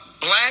black